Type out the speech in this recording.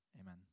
amen